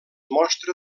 mostra